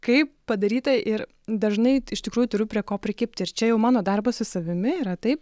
kaip padaryta ir dažnai iš tikrųjų turiu prie ko prikibti ir čia jau mano darbas su savimi yra taip